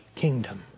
kingdom